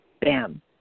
Bam